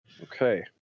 Okay